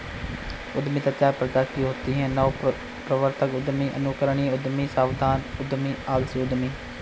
उद्यमिता चार प्रकार की होती है नवप्रवर्तक उद्यमी, अनुकरणीय उद्यमी, सावधान उद्यमी, आलसी उद्यमी